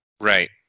Right